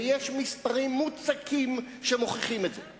ויש מספרים מוצקים שמוכיחים את זה,